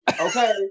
Okay